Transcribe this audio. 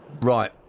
Right